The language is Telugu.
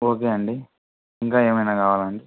ఓకే అండి ఇంకా ఏమైనా కావాలాండి